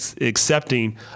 accepting